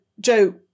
Joe